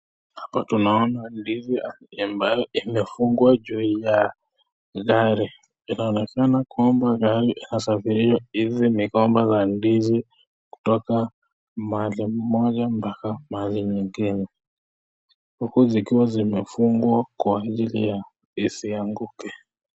Hapa tunaona ndizi ambayo imefungwa juu ya gari, inaonekana kwamba gari inasafiriwa Hizi mgomba za ndizi, kutoka mahali moja mpaka mahali nyingine, huku zikiwa zimefungwa kwa ajili ya isianguke.